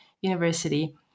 University